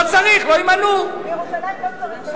לא צריך סגן שמיני בירושלים.